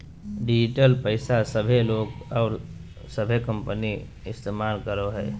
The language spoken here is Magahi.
डिजिटल पैसा सभे लोग और सभे कंपनी इस्तमाल करो हइ